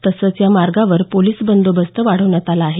तसंच या मार्गांवर पोलीस बंदोबस्त वाढवण्यात आला आहे